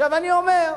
עכשיו אני אומר,